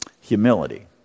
Humility